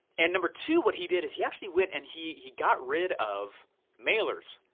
and number two what he did, is he actually went and he he got rid of mailers.